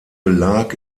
belag